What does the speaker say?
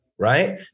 right